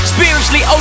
Spiritually